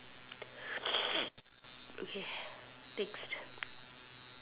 okay next